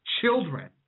children